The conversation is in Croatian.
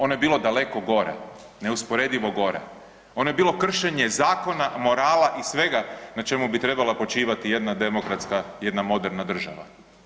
Ono je bilo daleko gore, neusporedivo gore, ono je bilo kršenje zakona, morala i svega na čemu bi trebala počivati jedna demokratska i jedna moderna država.